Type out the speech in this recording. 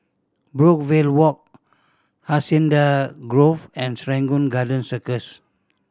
Brookvale Walk Hacienda Grove and Serangoon Garden Circus